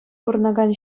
пурӑнакан